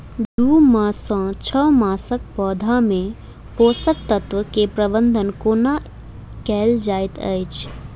दू मास सँ छै मासक पौधा मे पोसक तत्त्व केँ प्रबंधन कोना कएल जाइत अछि?